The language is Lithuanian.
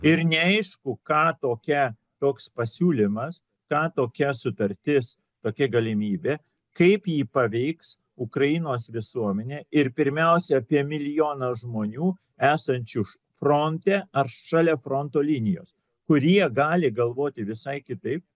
ir neaišku ką tokia toks pasiūlymas ką tokia sutartis tokia galimybė kaip ji paveiks ukrainos visuomenę ir pirmiausia apie milijoną žmonių esančių fronte ar šalia fronto linijos kurie gali galvoti visai kitaip